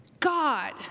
God